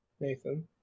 Nathan